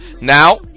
now